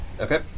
Okay